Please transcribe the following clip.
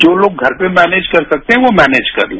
जो लोग घर पर मैनज कर सकते हैं मैनज कर लें